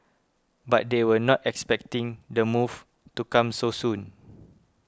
but they were not expecting the move to come so soon